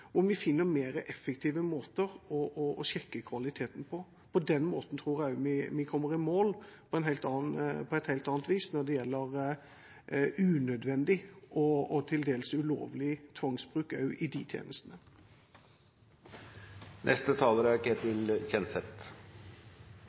og at vi finner mer effektive måter å sjekke kvaliteten på. På den måten tror jeg vi kommer i mål på et helt annet vis når det gjelder unødvendig og til dels ulovlig tvangsbruk også i de